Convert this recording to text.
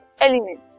element